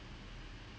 um